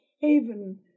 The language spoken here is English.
haven